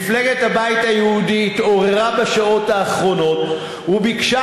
מפלגת הבית היהודי התעוררה בשעות האחרונות וביקשה